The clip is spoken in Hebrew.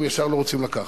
הם ישר לא רוצים לקחת.